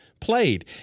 played